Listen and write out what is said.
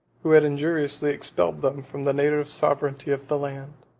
who had injuriously expelled them from the native sovereignty of the land.